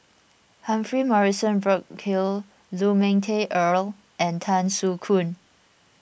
Humphrey Morrison Burkill Lu Ming Teh Earl and Tan Soo Khoon